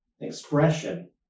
expression